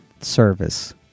service